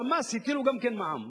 על המס הטילו גם כן מע"מ,